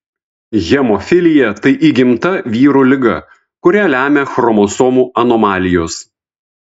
hemofilija tai įgimta vyrų liga kurią lemia chromosomų anomalijos